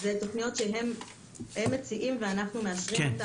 זה תוכניות שהם מציעים ואנחנו מאשרים.